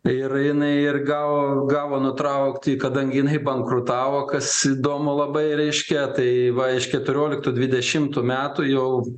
ir jinai ir gav gavo nutraukti kadangi jinai bankrutavo kas įdomu labai reiškia tai va iš keturioliktų dvidešimtų metų jau